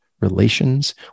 relations